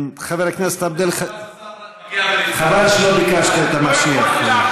חבל שלא ביקשת את המשיח.